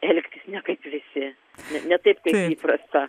elgtis kaip visi ne taip kaip įprasta